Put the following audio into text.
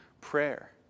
prayer